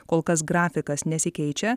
kol kas grafikas nesikeičia